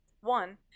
One